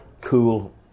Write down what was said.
cool